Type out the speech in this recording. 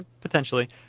potentially